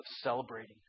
celebrating